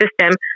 system